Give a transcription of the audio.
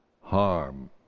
harm